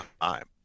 time